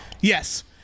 Yes